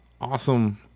awesome